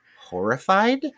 horrified